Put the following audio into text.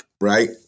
right